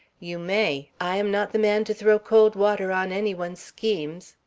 you may. i am not the man to throw cold water on any one's schemes.